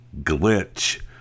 glitch